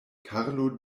karlo